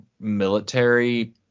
military